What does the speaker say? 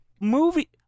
Movie